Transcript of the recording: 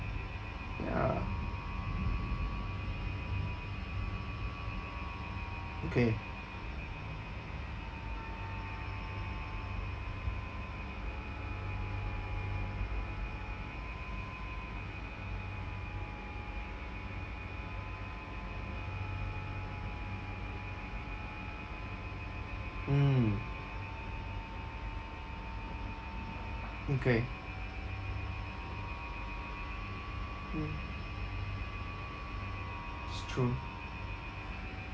ya okay mm okay mm it's true